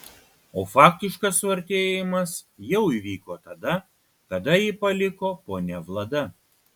o faktiškas suartėjimas jau įvyko tada kada jį paliko ponia vlada